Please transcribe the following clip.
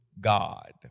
God